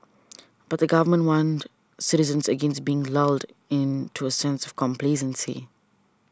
but the Government warned citizens against being lulled into a sense of complacency